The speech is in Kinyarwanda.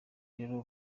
rero